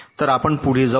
तर आपण पुढे जाऊया